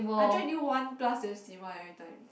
I drag until one plus then sleep one every time